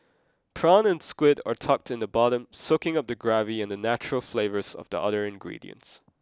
prawn and squid are tucked in the bottom soaking up the gravy and the natural flavours of the other ingredients